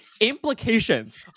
implications